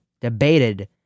debated